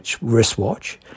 wristwatch